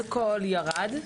אלכוהול ירד.